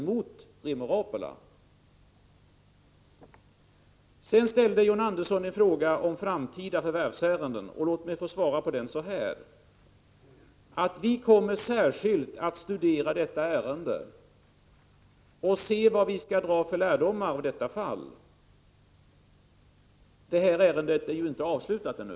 John Andersson ställde en fråga om framtida förvärvsärenden. Låt mig på den frågan svara att vi särskilt kommer att studera detta ärende och se vad vi skall dra för lärdomar av detta fall. Ärendet är ju inte avslutat ännu.